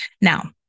Now